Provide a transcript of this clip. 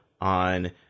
on